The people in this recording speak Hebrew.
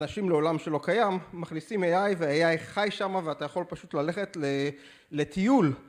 אנשים לעולם שלא קיים מכניסים AI וה-AI חי שמה ואתה יכול פשוט ללכת לטיול